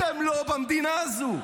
אתם לא במדינה הזו.